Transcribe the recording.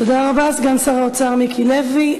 תודה רבה, סגן שר האוצר מיקי לוי.